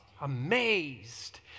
Amazed